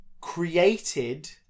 Created